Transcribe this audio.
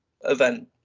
event